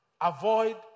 avoid